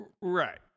Right